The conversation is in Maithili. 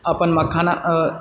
अपन मखाना आ